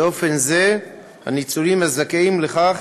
באופן זה הניצולים הזכאים לכך